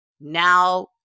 Now